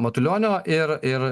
matulionio ir ir